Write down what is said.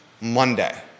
Monday